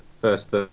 first